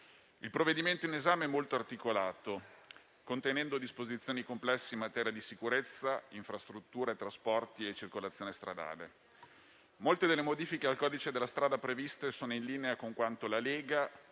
il provvedimento in esame è molto articolato, contenendo disposizioni complesse in materia di sicurezza, infrastrutture, trasporti e circolazione stradale. Molte delle modifiche al codice della strada previste sono in linea con quanto la Lega